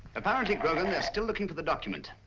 apparently, grogan, they're still looking for the document.